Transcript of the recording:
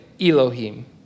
Elohim